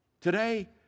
Today